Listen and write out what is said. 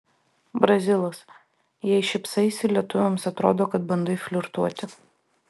brazilas jei šypsaisi lietuvėms atrodo kad bandai flirtuoti